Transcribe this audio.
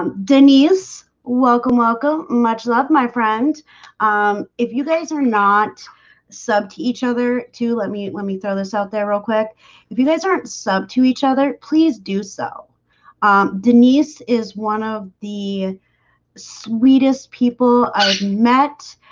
um denise welcome, welcome much. love my friend um if you guys are not sub to each other let me let me throw this out there real quick if you guys aren't sub to each other please do so denise is one of the sweetest people i've met